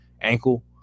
ankle